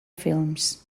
films